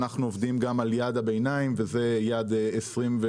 אנחנו עובדים גם על יעד הביניים וזה יעד 2030,